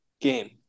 game